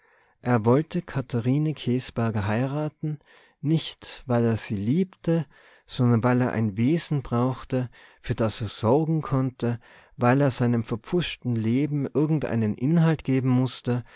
er wollte katharine käsberger heiraten nicht weil er sie liebte sondern weil er ein wesen brauchte für das er sorgen konnte weil er seinem verpfuschten leben irgendeinen inhalt geben mußte